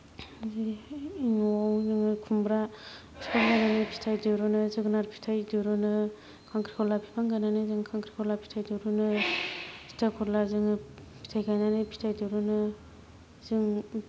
जेरैहाय न'आव जोङो खुमब्रा फिथाय दिरुनो जोगोनार फिथाय दिरुनो खांख्रिखला बिफां गायनानै जों खांख्रिखला फिथाय दिरुनो थिथा खरला जोङो फिथाय गायनानै फिथाय दिरुनो जों